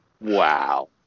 Wow